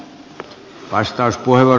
herra puhemies